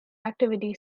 activity